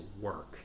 work